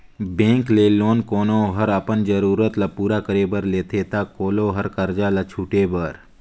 bank ले loan कोनो हर अपन जरूरत ल पूरा करे बर लेथे ता कोलो हर करजा ल छुटे बर